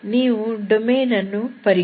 ನೀವು ಡೊಮೇನ್ ಅನ್ನು ಪರಿಗಣಿಸಿ